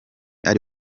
ari